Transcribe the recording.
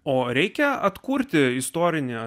o reikia atkurti istorinį